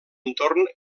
entorn